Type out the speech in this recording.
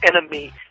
enemy